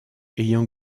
ayant